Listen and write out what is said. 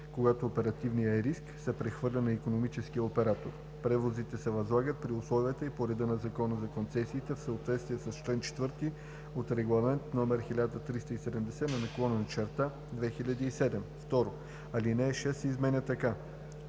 Когато оперативният риск се прехвърля на икономическия оператор, превозите се възлагат при условията и по реда на Закона за концесиите в съответствие с чл. 4 от Регламент (ЕО) № 1370/2007.“ 2. Алинея 6 се изменя така: